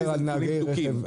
אני מציע לא להתווכח על הנתונים.